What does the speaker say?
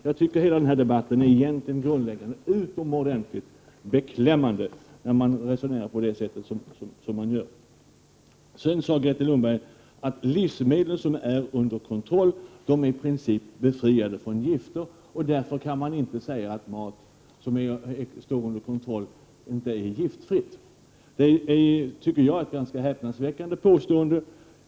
Jag tycker denna debatt i grunden är utomordentligt beklämmande när man hör vilka resonemang som förs. Sedan sade Grethe Lundblad att livsmedel som är under kontroll är i princip befriade från gifter, och att man därför inte kan säga att mat som står under kontroll inte är giftfri. Det tycker jag är ett ganska häpnadsväckande påstående.